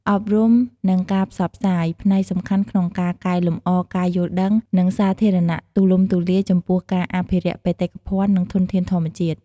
អប់រំ និងការផ្សព្វផ្សាយ ផ្នែកសំខាន់ក្នុងការកែលម្អការយល់ដឹង និងសាធារណៈទូលំទូលាយចំពោះការអភិរក្សបេតិកភណ្ឌ និងធនធានធម្មជាតិ។